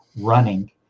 running